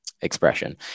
expression